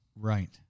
Right